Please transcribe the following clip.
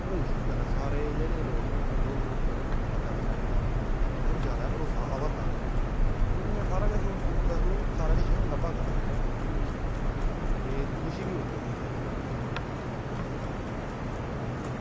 ते होई सकै सारे लोग जेह्ड़े डोगरी उप्पर हून बल्लें बल्लें जेह्का उनेंई जादै भरोसा आवा दा गै ते हून उनेंगी बी फोन दे थ्रू सारा किश लब्भा दा ऐ डोगरी बिच बी एह् खुशी बी होआ दी ऐ असें ई इस गल्ला उप्पर